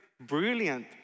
brilliant